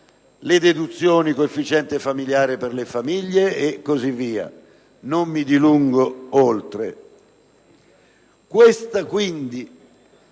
le deduzioni e il coefficiente familiare per le famiglie e così via. Non mi dilungo oltre.